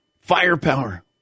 Firepower